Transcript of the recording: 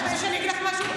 את רוצה שאני אגיד לך משהו?